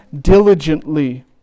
diligently